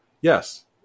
Yes